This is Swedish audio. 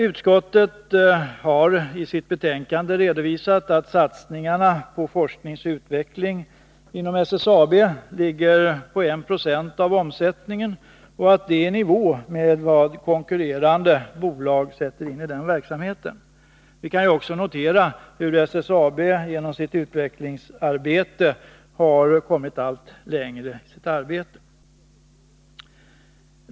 Utskottet har i sitt betänkande redovisat att satsningarna på forskning och utveckling inom SSAB ligger på 196 av omsättningen och att det är i nivå med vad andra konkurrerande bolag sätter in i den verksamheten. Vi kan också notera hur SSAB genom sitt utvecklingsarbete har kommit allt längre i sitt arbete.